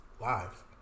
Live